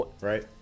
Right